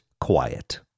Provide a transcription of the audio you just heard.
quiet